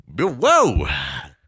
Whoa